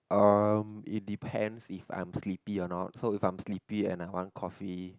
um it depends if I'm sleepy or not so if I'm sleepy and I want coffee